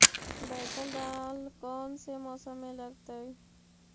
बैतल दाल कौन से मौसम में लगतैई?